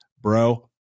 bro